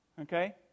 Okay